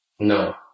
No